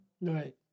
Right